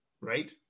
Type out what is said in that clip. right